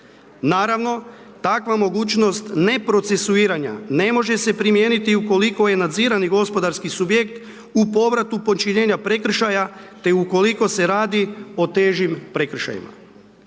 Naravno takva mogućnost ne procesuiranja ne može se primijeniti ukoliko je nadzirani gospodarski subjekt u povratu počinjenja prekršaja te ukoliko se radi o težim prekršajima.